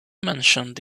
mentioned